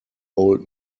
old